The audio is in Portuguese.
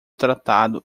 tratado